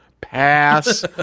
pass